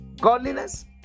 godliness